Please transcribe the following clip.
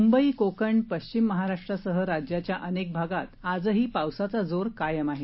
मुंबई कोकण पश्चिम महाराष्ट्रासह राज्याच्या अनेक भागात आजही पावसाचा जोर कायम आहे